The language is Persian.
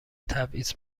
تبعیض